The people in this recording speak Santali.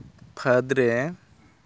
ᱯᱷᱟᱹᱫᱽᱨᱮ